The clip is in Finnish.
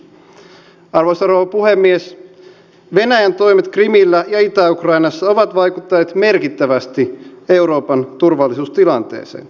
venäjän toimet krimillä ja itä ukrainassa ovat vaikuttaneet merkittävästi euroopan turvallisuustilanteeseen